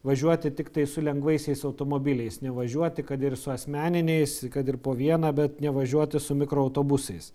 važiuoti tiktai su lengvaisiais automobiliais nevažiuoti kad ir su asmeniniais kad ir po vieną bet nevažiuoti su mikroautobusais